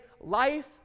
life